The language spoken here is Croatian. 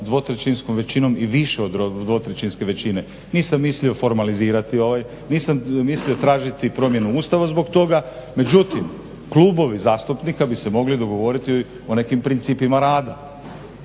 dvotrećinskom većinom i više od dvotrećinske većine. Nisam mislio formalizirati ovaj, nisam mislio tražiti promjenu Ustava zbog toga. Međutim klubovi zastupnika bi se mogli dogovoriti o nekim principima rada.